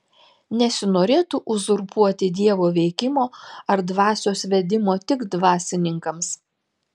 nesinorėtų uzurpuoti dievo veikimo ar dvasios vedimo tik dvasininkams